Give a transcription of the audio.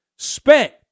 spent